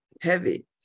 heavy